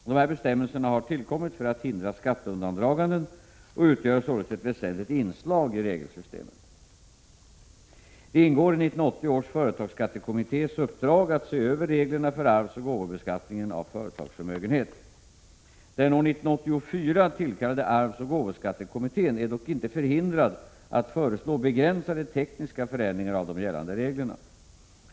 Dessa bestämmelser har tillkommit för att hindra skatteundandraganden och utgör således ett väsentligt inslag i regelsystemet. Det ingår i 1980 års företagsskattekommittés uppdrag att se över reglerna för arvsoch gåvobeskattningen av företagsförmögenhet. Den år 1984 tillkallade arvsoch gåvoskattekommittén är dock inte förhindrad att föreslå begränsade tekniska förändringar av de gällande reglerna.